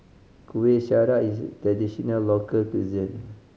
Kuih Syara is a traditional local cuisine